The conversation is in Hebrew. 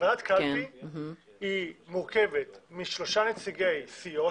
ועדת קלפי מורכבת משלושה נציגי סיעות